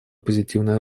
позитивное